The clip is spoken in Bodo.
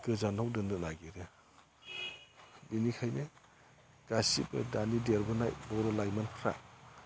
गोजानाव दोननो नागिरो बिनिखायनो गासिबो दानि देरबोनाय बर' लाइमोनफ्रा